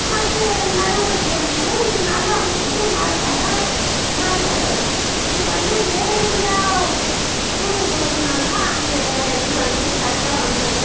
மற்ற நடவடிக்கைங்களில் இதனால அவங்களுக்கும் மாறுபாடா மாறுபாடாயிடுச்சு இது வந்து நேரடியாக ஸ்கூலுக்கு போயிருந்தாங்கன்னா அந்த இது வந்து கரெட்டா வந்துருக்கும்